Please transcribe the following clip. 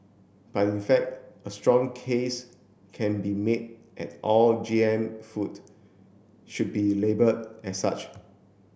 but in fact a strong case can be made that all G M food should be labelled as such